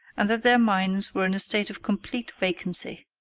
and that their minds were in a state of complete vacancy.